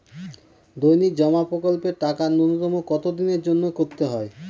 দৈনিক জমা প্রকল্পের টাকা নূন্যতম কত দিনের জন্য করতে হয়?